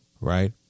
right